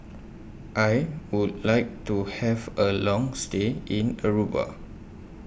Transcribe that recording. I Would like to Have A Long stay in Aruba